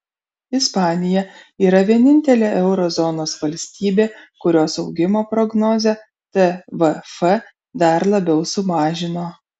ispanija yra vienintelė euro zonos valstybė kurios augimo prognozę tvf dar labiau sumažino